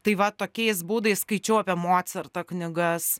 tai va tokiais būdais skaičiau apie mocartą knygas